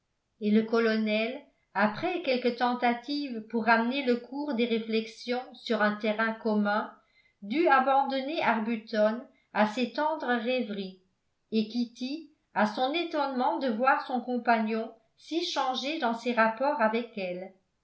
et le colonel après quelques tentatives pour ramener le cours des réflexions sur un terrain commun dut abandonner arbuton à ses tendres rêveries et kitty à son étonnement de voir son compagnon si changé dans ses rapports avec elle